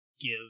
give